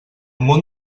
món